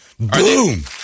Boom